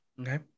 Okay